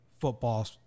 football